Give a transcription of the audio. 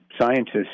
scientists